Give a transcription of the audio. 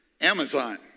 Amazon